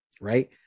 right